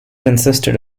consisted